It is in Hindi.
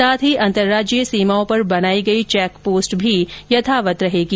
साथ ही अंतरराज्यीय सीमाओं पर बनायी गयी चैक पोस्ट भी यथावत रहेगी